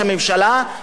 הקפיטליסטית,